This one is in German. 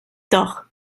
doch